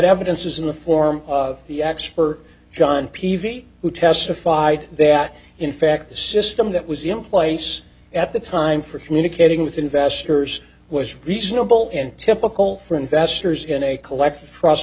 evidence is in the form of the expert john peavy who testified that in fact the system that was employees at the time for communicating with investors was reasonable and typical for investors in a collective trust